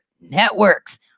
Networks